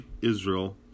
Israel